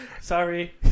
Sorry